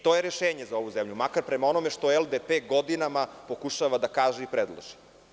To je rešenje za ovu zemlju, makar prema onome što LDP godinama pokušava da kaže i predloži.